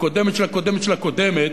והקודמת של הקודמת של הקודמת,